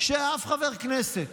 שכל חבר כנסת